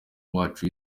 wacu